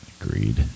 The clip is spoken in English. agreed